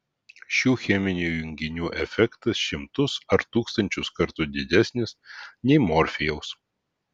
šių cheminių junginių efektas šimtus ar tūkstančius kartų didesnis nei morfijaus